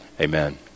amen